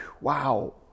wow